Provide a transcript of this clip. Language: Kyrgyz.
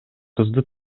кызды